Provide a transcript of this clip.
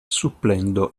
supplendo